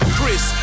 Chris